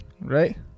Right